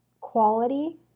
quality